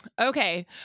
Okay